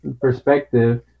perspective